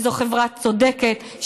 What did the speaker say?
וזה חברה צודקת,